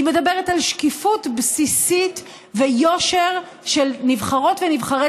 היא מדברת על שקיפות בסיסית ויושר של נבחרות ונבחרי